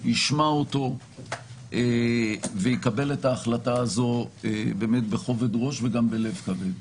ישמע אותו ויקבל את ההחלטה הזאת בכובד-ראש וגם בלב כבד.